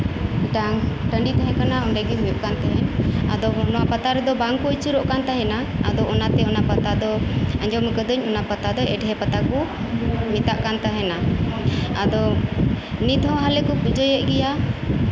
ᱢᱤᱫᱴᱟᱝ ᱴᱟᱸᱹᱰᱤ ᱛᱟᱦᱮᱸ ᱠᱟᱱᱟ ᱚᱸᱰᱮᱜᱮ ᱦᱩᱭᱩᱜ ᱠᱟᱱ ᱛᱟᱦᱮᱸᱜ ᱟᱫᱚ ᱚᱱᱟ ᱯᱟᱛᱟ ᱨᱮᱫᱚ ᱵᱟᱝ ᱠᱚ ᱟᱹᱪᱩᱨᱚᱜ ᱠᱟᱱ ᱛᱟᱦᱮᱱᱟ ᱟᱫᱚ ᱟᱸᱡᱚᱢ ᱠᱟᱫᱟ ᱟᱫᱚ ᱚᱱᱟᱛᱮ ᱚᱱᱟ ᱯᱟᱛᱟ ᱫᱚ ᱮᱰᱷᱮ ᱯᱟᱛᱟ ᱠᱚ ᱢᱮᱛᱟᱜ ᱠᱟᱱ ᱛᱟᱦᱮᱱᱟ ᱟᱫᱚ ᱱᱤᱛᱦᱚᱸ ᱦᱟᱞᱮ ᱠᱚ ᱯᱩᱡᱟᱹᱭᱮᱫ ᱜᱮᱭᱟ